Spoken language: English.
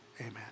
Amen